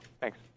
Thanks